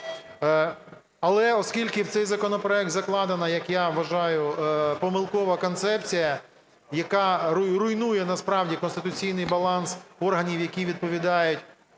Але, оскільки в цей законопроект закладена, як я вважаю, помилкова концепція, яка руйнує насправді конституційний баланс органів, які відповідають